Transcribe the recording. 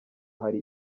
hari